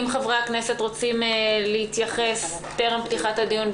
אם חברי הכנסת רוצים להתייחס טרם תחילת הדיון,